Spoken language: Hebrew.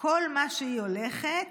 כל מה שהיא הולכת,